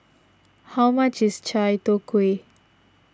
how much is Chai Tow Kuay